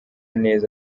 neza